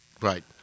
Right